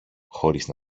χωρίς